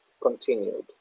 continued